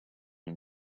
and